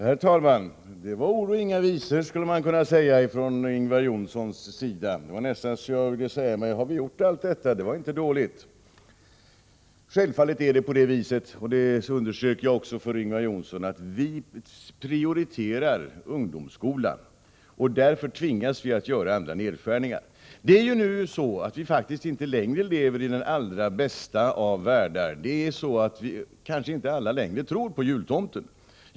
Herr talman! Det var ord och inga visor från Ingvar Johnssons sida! Det var nästan så jag började undra om vi gjort allt detta — det var inte dåligt! Självfallet är det på det viset — och det underströk jag också för Ingvar Johnsson -— att vi prioriterar ungdomsskolan, och därför tvingas vi att göra andra nedskärningar. Det är nu så att vi faktiskt inte längre lever i den allra bästa av världar. Vi kanske inte alla längre tror på jultomen.